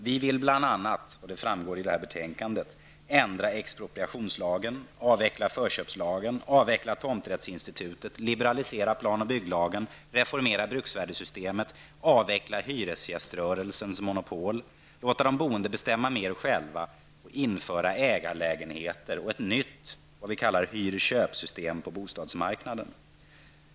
Vi vill bl.a., och det framgår av detta betänkande: Ändra expropriationslagen, avveckla förköpslagen, avveckla tomträttsinstitutet, liberalisera plan och bygglagen, reformera bruksvärdessystemet, avveckla hyresgäströrelsens monopol, låta de boende bestämma mer själva, införa ägarlägenheter och ett nytt vad vi kallar hyr/köp-system på bostadmarknaden.